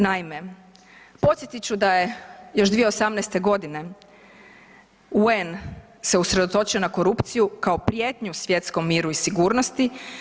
Naime, podsjetit ću da je još 2018. godine UN se usredotočio na korupciju kao prijetnju svjetskom miru i sigurnosti.